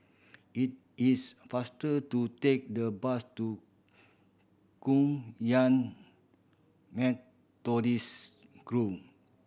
it is faster to take the bus to Kum Yan Methodist